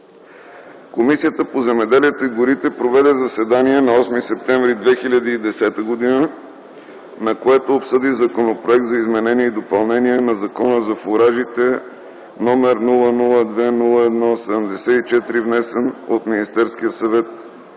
Комисията по земеделието и горите проведе заседание на 8 септември 2010 г., на което обсъди Законопроект за изменение и допълнение на Закона за фуражите, № 002-01-74, внесен от Министерския съвет